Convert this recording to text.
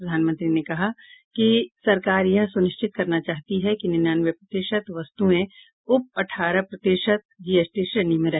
प्रधानमंत्री ने कहा कि सरकार यह सुनिश्चित करना चाहती है कि निन्यानवे प्रतिशत वस्तुएं उप अठारह प्रतिशत जीएसटी श्रेणी में रहे